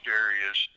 areas